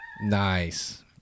Nice